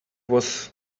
was